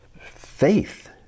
faith